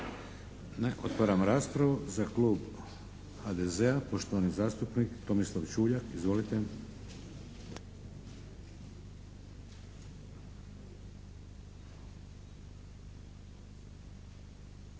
Otvaram raspravu. Za klub HDZ-a, poštovani zastupnik Tomislav Čuljak. Izvolite.